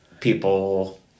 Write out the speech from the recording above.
people